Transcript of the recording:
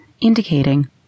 indicating